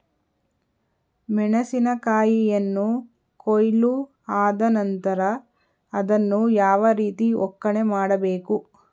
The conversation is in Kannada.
ಮೆಣಸಿನ ಕಾಯಿಯನ್ನು ಕೊಯ್ಲು ಆದ ನಂತರ ಅದನ್ನು ಯಾವ ರೀತಿ ಒಕ್ಕಣೆ ಮಾಡಬೇಕು?